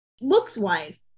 looks-wise